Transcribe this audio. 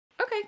Okay